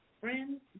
Friends